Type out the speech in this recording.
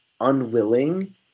unwilling